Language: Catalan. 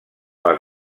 les